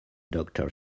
doctor